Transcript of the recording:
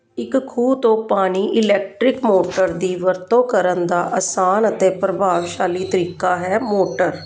ਇੱਕ ਖੂਹ ਤੋਂ ਪਾਣੀ ਇਲੈਕਟਰਿਕ ਮੋਟਰ ਦੀ ਵਰਤੋਂ ਕਰਨ ਦਾ ਆਸਾਨ ਅਤੇ ਪ੍ਰਭਾਵਸ਼ਾਲੀ ਤਰੀਕਾ ਹੈ ਮੋਟਰ